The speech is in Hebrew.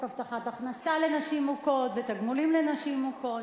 הבטחת הכנסה לנשים מוכות ותגמולים לנשים מוכות.